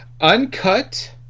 Uncut